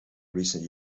recent